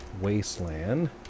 wasteland